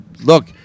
look